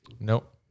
Nope